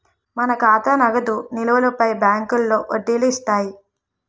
మన ఖాతా నగదు నిలువులపై బ్యాంకులో వడ్డీలు ఇస్తాయి